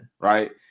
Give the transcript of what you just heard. Right